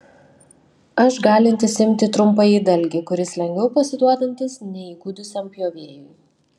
aš galintis imti trumpąjį dalgį kuris lengviau pasiduodantis neįgudusiam pjovėjui